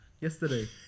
yesterday